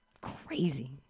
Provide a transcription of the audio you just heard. Crazy